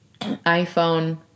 iPhone